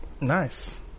Nice